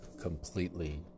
completely